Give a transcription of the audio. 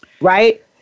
Right